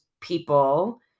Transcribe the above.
people